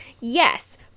yes